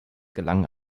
gelang